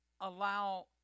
allow